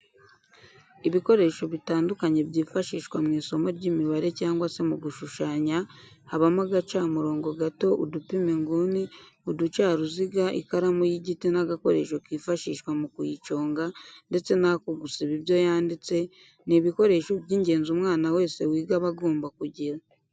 Ibikoresho bitandukanye byifashishwa mu isomo ry'imibare cyangwa se mu gushushanya habamo agacamurongo gato, udupima inguni, uducaruziga, ikaramu y'igiti n'agakoresho kifashishwa mu kuyiconga ndetse n'ako gusiba ibyo yanditse, ni ibikoresho by'ingenzi umwana wese wiga aba agomba kugira.